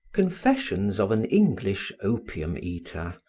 confessions of an english opium-eater,